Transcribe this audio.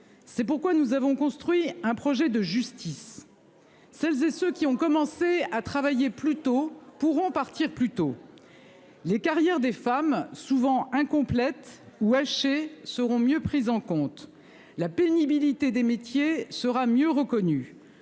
C'est pourquoi nous avons construit un projet de justice. Celles et ceux qui ont commencé à travailler plus tôt pourront partir plus tôt. Les carrières des femmes souvent incomplètes ou haché seront mieux pris en compte la pénibilité des métiers sera mieux reconnue,